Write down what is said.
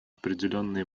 определенные